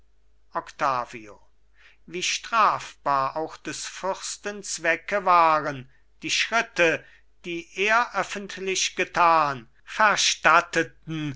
octavio wie strafbar auch des fürsten zwecke waren die schritte die er öffentlich getan verstatteten